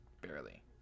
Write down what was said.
barely